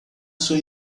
sua